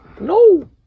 no